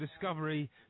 Discovery